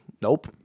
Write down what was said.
Nope